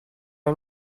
are